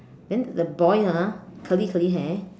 then the boy ah curly curly hair